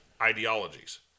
ideologies